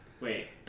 wait